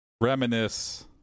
reminisce